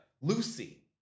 Lucy